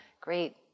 great